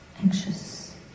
anxious